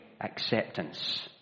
acceptance